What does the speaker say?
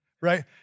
right